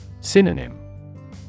Synonym